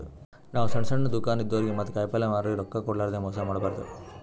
ನಾವ್ ಸಣ್ಣ್ ಸಣ್ಣ್ ದುಕಾನ್ ಇದ್ದೋರಿಗ ಮತ್ತ್ ಕಾಯಿಪಲ್ಯ ಮಾರೋರಿಗ್ ರೊಕ್ಕ ಕೋಡ್ಲಾರ್ದೆ ಮೋಸ್ ಮಾಡಬಾರ್ದ್